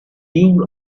being